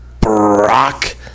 Brock